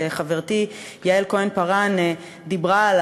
שחברתי יעל כהן-פארן דיברה על